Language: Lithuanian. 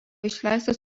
išleistas